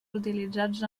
utilitzats